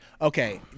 okay